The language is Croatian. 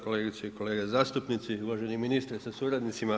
Kolegice i kolege zastupnici, uvaženi ministre sa suradnicima.